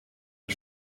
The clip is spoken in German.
den